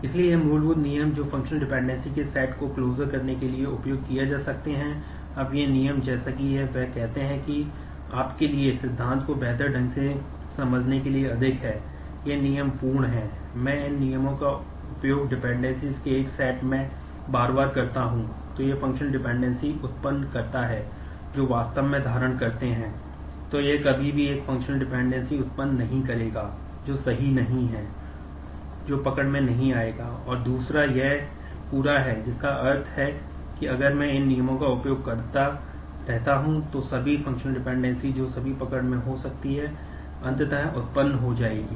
इसलिए ये मूलभूत नियम हैं जो फंक्शनल डिपेंडेंसी जो सभी पकड़ में हो सकती हैं अंततः उत्पन्न हो जाएंगी